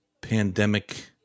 pandemic